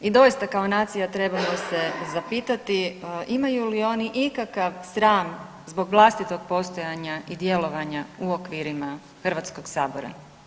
I doista kao nacija trebamo se zapitati imaju li oni ikakav sram zbog vlastitog postojanja i djelovanja u okvirima Hrvatskog sabora.